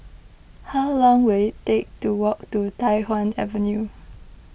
how long will it take to walk to Tai Hwan Avenue